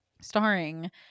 starring